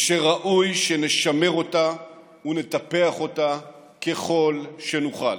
ושראוי שנשמר אותה ונטפח אותה ככל שנוכל.